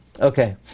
Okay